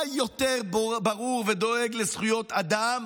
מה יותר ברור ודואג לזכויות אדם